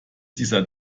dieser